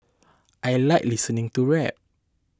I like listening to rap